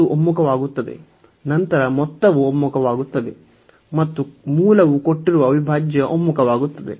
ಅದು ಒಮ್ಮುಖವಾಗುತ್ತದೆ ನಂತರ ಮೊತ್ತವು ಒಮ್ಮುಖವಾಗುತ್ತದೆ ಮತ್ತು ಮೂಲವು ಕೊಟ್ಟಿರುವ ಅವಿಭಾಜ್ಯ ಒಮ್ಮುಖವಾಗುತ್ತದೆ